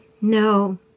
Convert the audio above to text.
no